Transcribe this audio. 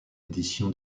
édition